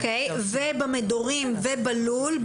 במדורים ובלול,